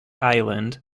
island